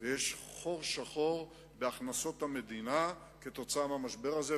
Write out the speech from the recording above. יש חור שחור בהכנסות המדינה כתוצאה מהמשבר הזה,